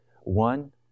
One